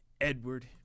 Edward